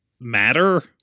matter